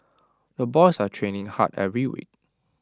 the boys are training hard every week